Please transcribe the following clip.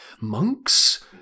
monks